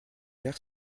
faire